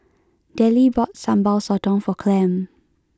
Dellie bought Sambal Sotong for Clem